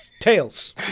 Tails